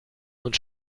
und